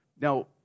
Now